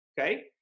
okay